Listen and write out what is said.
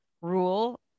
rule